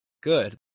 good